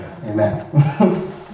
Amen